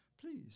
please